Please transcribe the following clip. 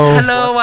Hello